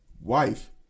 wife